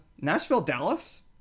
Nashville-Dallas